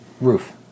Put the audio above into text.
Roof